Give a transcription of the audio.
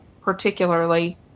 particularly